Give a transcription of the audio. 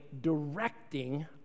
directing